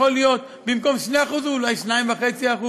יכול להיות במקום 2% אולי 2.5%,